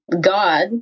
God